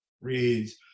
reads